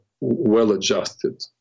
well-adjusted